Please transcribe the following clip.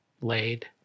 laid